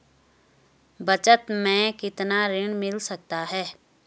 बचत मैं कितना ऋण मिल सकता है?